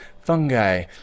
fungi